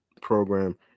program